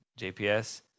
JPS